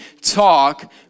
talk